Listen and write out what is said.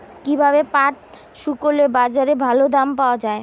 কীভাবে পাট শুকোলে বাজারে ভালো দাম পাওয়া য়ায়?